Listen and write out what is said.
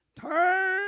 turn